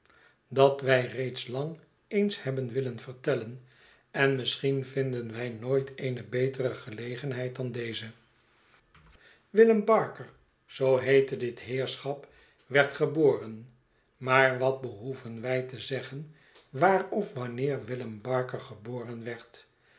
dat wij reeds lang eens hebben willen vertellen en misschien vinden wij nooit eene betere gelegenheid dan deze willem barker zoo heette dit heerschap werd geboren maar wat behoeven wy te zeggen waar of wanneer willem barker geboren werd